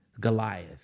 Goliath